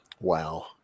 Wow